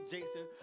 Jason